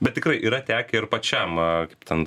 bet tikrai yra tekę ir pačiam kaip ten